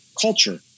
culture